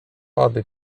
aby